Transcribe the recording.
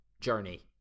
journey